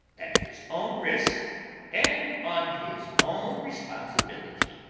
at his own risk and on his own responsibility,